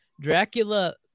Dracula